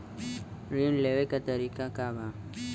ऋण लेवे के तरीका का बा?